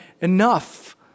enough